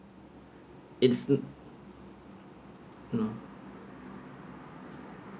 it's you know